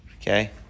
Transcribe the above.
okay